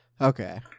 Okay